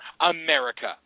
America